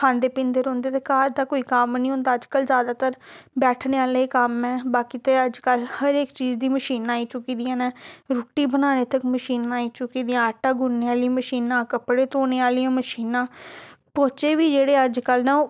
खांंदे पींदे रौंह्दे ते घर दा कोई कम्म निं होंदा अज्जकल जादातर बैठने आह्ले कम्म ऐ बाकी ते अज्जकल हर इक चीज दी मशीनां आई चुकी दियां न रुट्टी बनाने तक मशीनां आई चुकी दियां आटा गुन्नने आह्लियां मशीनां कपड़े धोने आह्लियां मशीनां पौचे बी जेह्ड़े अज्जकल न ओह्